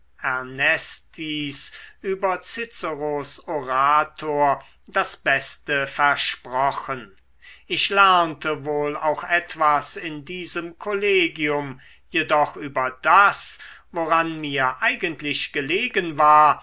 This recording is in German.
über ciceros orator das beste versprochen ich lernte wohl auch etwas in diesem kollegium jedoch über das woran mir eigentlich gelegen war